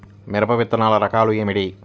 మిరప విత్తనాల రకాలు ఏమిటి?